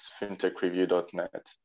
fintechreview.net